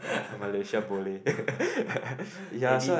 a Malaysia boleh ya so